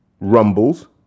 Rumbles